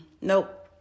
Nope